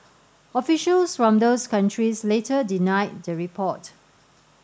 officials from those countries later denied the report